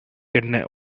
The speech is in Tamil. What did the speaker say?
கென்ன